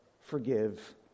forgive